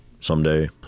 someday